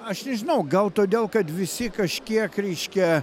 aš nežinau gal todėl kad visi kažkiek reiškia